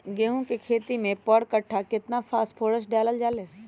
गेंहू के खेती में पर कट्ठा केतना फास्फोरस डाले जाला?